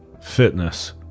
fitness